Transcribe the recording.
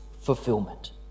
fulfillment